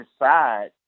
decide